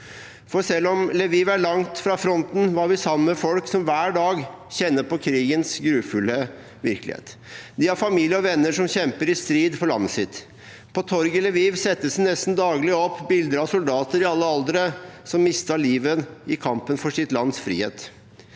Selv om Lviv er langt fra fronten, var vi sammen med folk som hver dag kjenner på krigens grufulle virkelighet. De har familie og venner som kjemper i strid for landet sitt. På torget i Lviv settes det nesten daglig opp bilder av soldater i alle aldre som har mistet livet i kampen for sitt lands frihet.